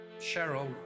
Cheryl